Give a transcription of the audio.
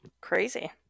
Crazy